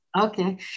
Okay